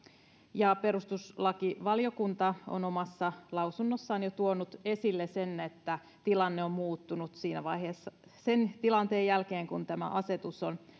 ja perustuslakivaliokunta on omassa lausunnossaan jo tuonut esille sen että tilanne on muuttunut sen tilanteen jälkeen kun tämä asetus on